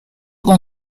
con